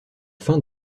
fin